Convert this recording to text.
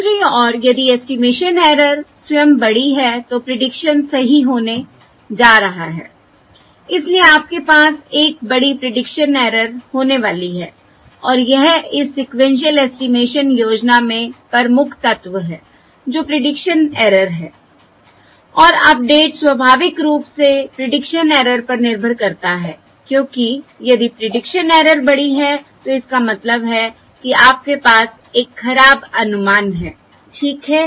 दूसरी ओर यदि ऐस्टीमेशन एरर स्वयं बड़ी है तो प्रीडिक्शन सही होने जा रहा है इसलिए आपके पास एक बड़ी प्रीडिक्शन एरर होने वाली है और यह इस सीक्वेन्शिअल एस्टिमेशन योजना में प्रमुख तत्व है जो प्रीडिक्शन एरर है और अपडेट स्वाभाविक रूप से प्रीडिक्शन एरर पर निर्भर करता है क्योंकि यदि प्रीडिक्शन एरर बड़ी है तो इसका मतलब है कि आपके पास एक खराब अनुमान है ठीक है